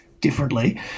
differently